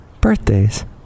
birthdays